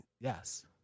Yes